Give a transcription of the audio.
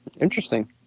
interesting